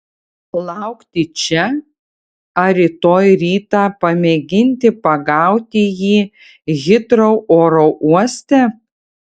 laukti čia ar rytoj rytą pamėginti pagauti jį hitrou oro uoste